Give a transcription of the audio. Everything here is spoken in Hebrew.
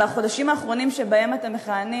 בחודשים האחרונים שבהם אתם מכהנים,